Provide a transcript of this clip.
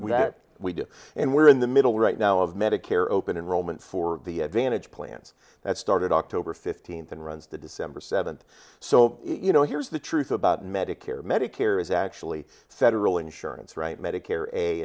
we we do and we're in the middle right now of medicare open enrollment for the advantage plans that started october fifth and runs the december seventh so you know here's the truth about medicare medicare is actually federal insurance right medicare